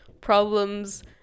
problems